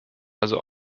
also